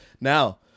Now